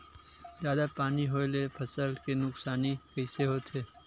जादा पानी होए ले फसल के नुकसानी कइसे होथे?